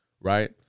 right